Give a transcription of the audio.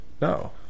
No